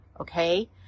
Okay